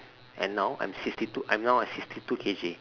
and now I'm sixty two I'm at now sixty two K_G